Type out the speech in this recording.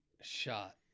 shot